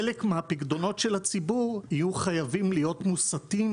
חלק מהפיקדונות של הציבור יהיו חייבים להיות מוסטים